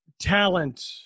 talent